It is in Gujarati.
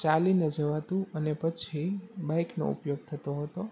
ચાલીને જવાતું અને પછી બાઈકનો ઉપયોગ થતો હતો